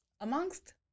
amongst